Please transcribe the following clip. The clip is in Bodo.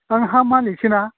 आं हा मालिकसोना